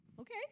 okay